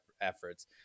efforts